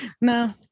no